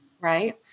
right